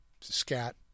scat